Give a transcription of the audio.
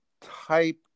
type